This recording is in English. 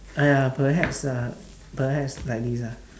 !aiya! perhaps uh perhaps like this ah